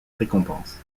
récompenses